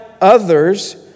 others